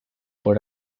por